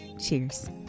Cheers